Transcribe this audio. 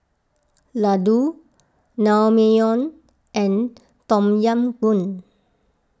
Ladoo Naengmyeon and Tom Yam Goong